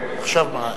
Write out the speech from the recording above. האוניברסיטאות,